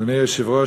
אדוני היושב-ראש,